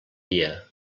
dia